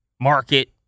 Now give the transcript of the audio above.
market